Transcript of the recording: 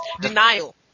Denial